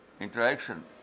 interaction